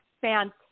fantastic